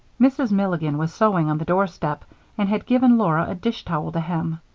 mrs. milligan was sewing on the doorstep and had given laura a dish-towel to hem.